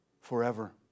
forever